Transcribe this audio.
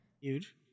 Huge